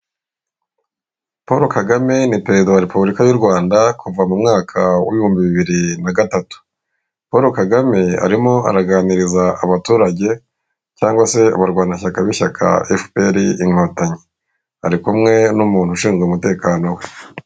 Polo Kagame ni perezida wa repubulika y'u Rwanda kuva mu mwaka w'ibihumbi bibiri na gatatu Polo Kagame arimo araganiriza abaturage, cyangwa se abarwanashyaka b'ishyaka efuperi inkotanyi ari kumwe n'umuntu ushinzwe umutekano we.